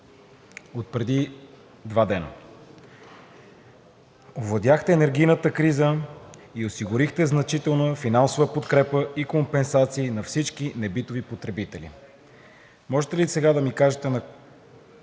отпреди два дни: „Овладяхте енергийната криза и осигурихте значителна финансова подкрепа и компенсации на всички небитови потребители.“ Можете ли сега да ми кажете на кого